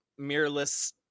mirrorless